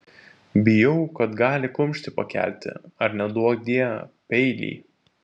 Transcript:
bijau kad gali kumštį pakelti ar neduokdie peilį